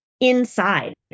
inside